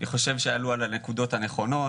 אני חושב שעלו על הנקודות הנכונות.